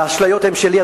האשליות הן שלי,